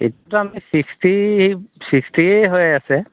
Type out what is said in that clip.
এইটোতো আমি ছিক্সটি ছিক্সটিয়ে হৈ আছে